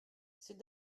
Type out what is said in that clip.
c’est